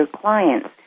clients